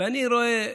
ואני רואה,